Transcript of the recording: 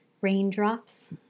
raindrops